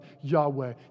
Yahweh